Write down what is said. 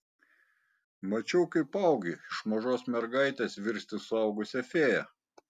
mačiau kaip augi iš mažos mergaitės virsti suaugusia fėja